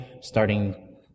starting